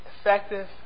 effective